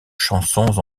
chansons